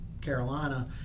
Carolina